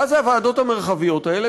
מה זה הוועדות המרחביות האלה?